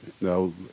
no